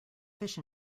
fish